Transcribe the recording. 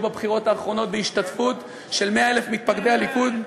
בבחירות האחרונות בהשתתפות של 100,000 מתפקדי הליכוד.